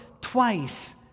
twice